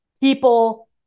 people